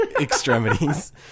extremities